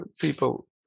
people